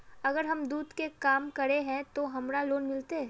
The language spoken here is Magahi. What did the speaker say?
अगर हम दूध के काम करे है ते हमरा लोन मिलते?